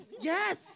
Yes